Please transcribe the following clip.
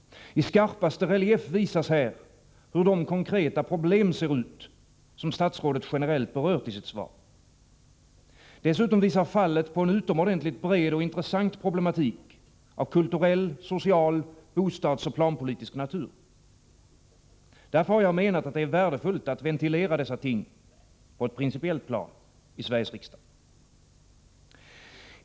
I skarpaste relief visas här hur de konkreta problem ser ut som statsrådet generellt berört i sitt svar. Dessutom visar fallet på en utomordentligt bred och intressant problematik av kulturell, social, bostadsoch planpolitisk natur. Därför har jag menat att det är värdefullt att ventilera dessa ting på ett principiellt plan i Sveriges riksdag.